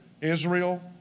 Israel